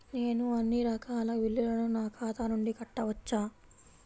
నేను అన్నీ రకాల బిల్లులను నా ఖాతా నుండి కట్టవచ్చా?